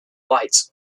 wight